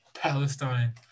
Palestine